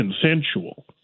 consensual